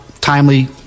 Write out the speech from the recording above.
timely